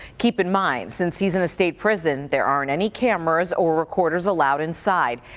keep in mind, since he's in a state prison, there aren't any cameras or recorders allowed inside.